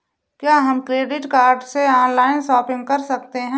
क्या हम credit card से ऑनलाइन शॉपिंग कर सकते हैं?